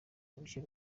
bucye